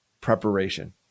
preparation